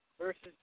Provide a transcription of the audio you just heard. versus